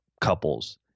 couples